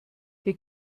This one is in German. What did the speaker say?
hier